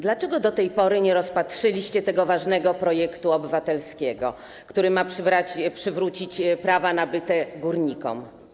Dlaczego do tej pory nie rozpatrzyliście tego ważnego projektu obywatelskiego, który ma przywrócić prawa nabyte górnikom?